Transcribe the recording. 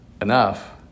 enough